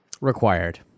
required